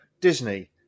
Disney